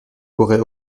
pourrait